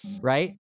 Right